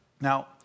Now